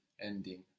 ending